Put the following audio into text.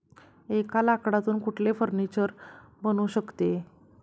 एका लाकडातून कुठले फर्निचर बनू शकते?